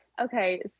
okay